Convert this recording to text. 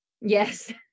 Yes